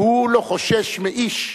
והוא לא חושש מאיש,